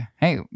hey